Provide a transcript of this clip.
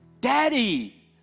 daddy